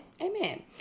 amen